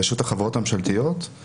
מחובת מכרז לעסקאות של חברות ממשלתיות עם